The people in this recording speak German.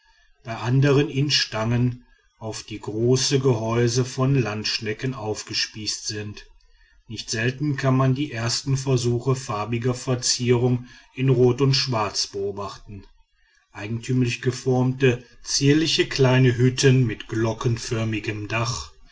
bei andern in stangen auf die große gehäuse von landschnecken aufgespießt sind nicht selten kann man die ersten versuche farbiger verzierung in rot und schwarz beobachten eigentümlich geformte zierliche kleine hütten mit glockenförmigem dach